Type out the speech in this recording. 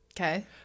Okay